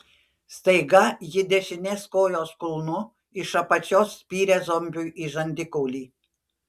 staiga ji dešinės kojos kulnu iš apačios spyrė zombiui į žandikaulį